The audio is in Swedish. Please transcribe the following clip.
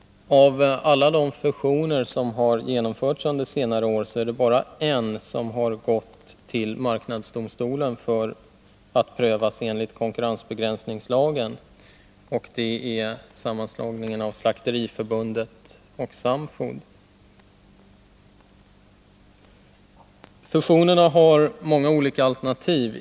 Av alla de fusioner som har genomförts under senare år är det bara en som har gått till marknadsdomstolen för att prövas enligt konkurrensbegränsningslagen, och det är sammanslagningen av Slakteriförbundet och Samfod. Fusionerna har många olika motiv.